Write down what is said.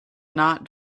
not